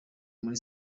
muri